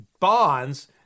bonds